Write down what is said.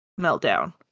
meltdown